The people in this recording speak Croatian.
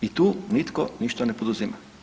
I tu nitko ništa ne poduzima.